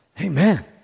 Amen